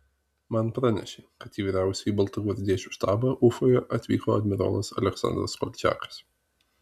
man pranešė kad į vyriausiąjį baltagvardiečių štabą ufoje atvyko admirolas aleksandras kolčiakas